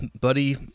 buddy